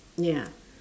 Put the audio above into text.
ya